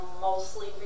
mostly